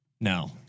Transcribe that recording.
no